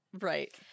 Right